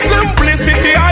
Simplicity